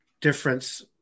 difference